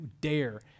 dare